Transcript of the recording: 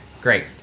Great